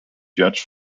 judge